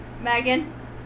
Megan